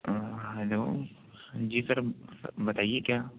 ہاں ہیلو جی سر بتائیے کیا